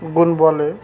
গুণ বল